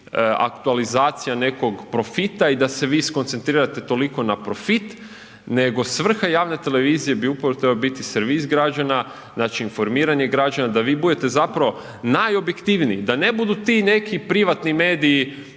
nekog profita, i da se vi skoncentrirate toliko na profit, nego svrha javne televizije bi upravo trebao biti servis građana, znači informiranje građana da vi budete zapravo najobjektivniji, da ne budu ti neki privatni mediji